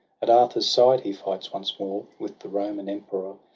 at arthur's side he fights once more with the roman emperor.